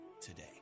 today